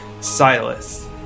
Silas